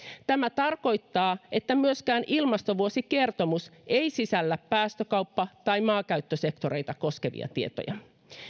tämä tarkoittaa että myöskään ilmastovuosikertomus ei sisällä päästökauppa tai maankäyttösektoreita koskevia tietoja